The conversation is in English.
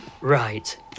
Right